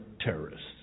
terrorists